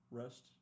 rest